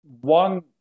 one